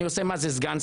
אני רואה מה זה סגן-שר,